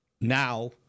now